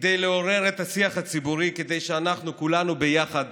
כדי לעורר את השיח הציבורי וכדי שאנחנו כולנו ביחד